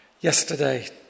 yesterday